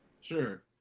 Sure